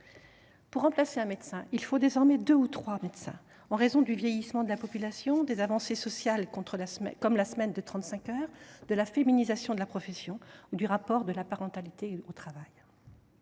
Pour remplacer un médecin, il en faut désormais deux ou trois, en raison du vieillissement de la population, des avancées sociales, comme la semaine de 35 heures, de la féminisation de la profession, du rapport à la parentalité et au travail.